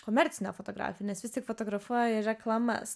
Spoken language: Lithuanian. komercinė fotografija nes vis tik fotografuoji ir reklamas